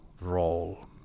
role